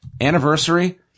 anniversary